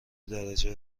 درجه